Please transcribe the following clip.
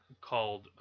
called